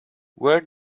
where